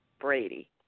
Brady